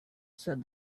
said